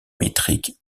métrique